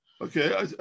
Okay